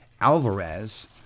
Alvarez